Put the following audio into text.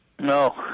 No